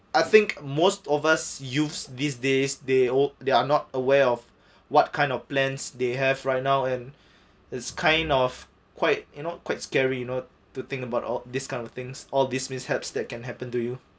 I think most of us youths these days they or they are not aware of what kind of plans they have right now and it's kind of quite you know quite scary you know to think about all these kind of things all these mishaps that can happen to you